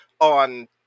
on